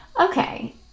Okay